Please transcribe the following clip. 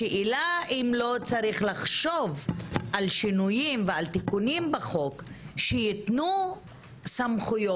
השאלה אם לא צריך לחשוב על שינויים ועל תיקונים בחוק שייתנו סמכויות